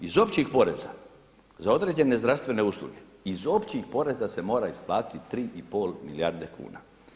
Iz općih poreza za određene zdravstvene usluge iz općih poreza se mora isplatiti 3 i pol milijarde kuna.